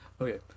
Okay